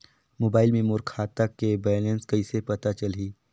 Mobile मे मोर खाता के बैलेंस कइसे पता चलही?